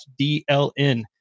dln